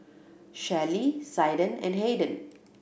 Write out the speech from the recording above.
Shelley Zaiden and Hayden